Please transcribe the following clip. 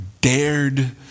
dared